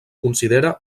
considera